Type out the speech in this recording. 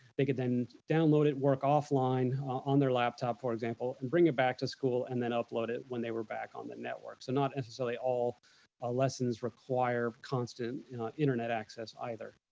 they could then download it, work offline on their laptop, for example, and bring it back to school and then upload it when they were back on the network. so not necessarily all ah lessons require constant internet access either.